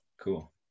cool